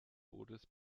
bootes